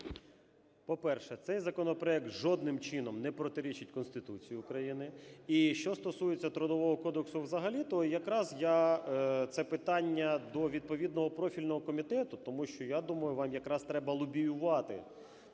По-перше, цей законопроект жодним чином не протирічить Конституції України. І що стосується Трудового кодексу взагалі, то якраз це питання до відповідного профільного комітету, тому що, я думаю, вам якраз треба лобіювати